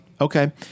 Okay